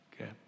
Okay